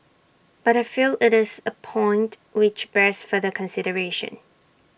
but I feel IT is A point which bears further consideration